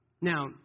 Now